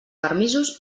permisos